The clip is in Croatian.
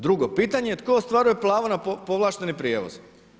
Drugo pitanje je tko ostvaruje pravo na povlašteni prijevoz?